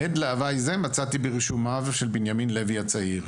הד להוואי זה מצאתי ברישומיו של בנימין לוי הצעיר.